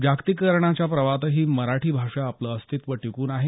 जागतिकीकरणाच्या प्रवाहातही मराठी भाषा आपलं अस्तित्व टिकवून आहे